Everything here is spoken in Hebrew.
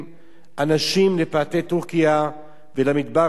אנשים לפאתי טורקיה ולמדבר הסורי.